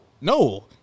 no